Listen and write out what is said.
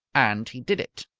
and he did it.